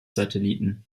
satelliten